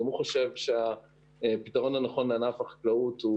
גם הוא חושב שהפתרון הנכון לענף החקלאות,